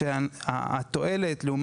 שבגללם